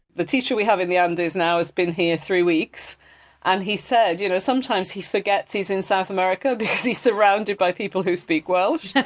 the teacher we have in the andes now has been here three weeks and he said you know sometimes he forgets he's in south america because he's surrounded by people who speak welsh.